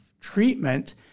treatment